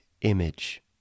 image